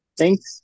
thanks